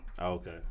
Okay